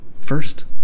First